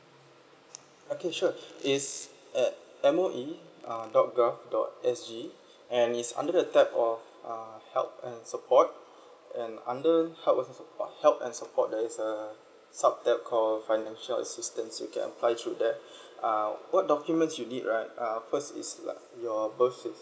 okay sure it's at M_O_E uh dot gov dot S_G and it's under the tab of uh help and support and under help and sup~ support help and support there is a sub tab called financial assistance you can apply through there uh what documents you need right uh first it's like your birth certifi~